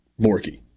Borky